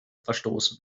verstoßen